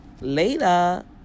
later